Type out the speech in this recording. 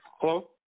Hello